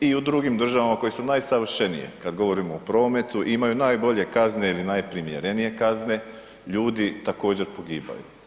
I u drugim državama koje su najsavršenije kad govorimo o prometu imaju najbolje kazne ili najprimjerenije kazne ljudi također pogibaju.